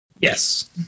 Yes